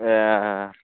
ए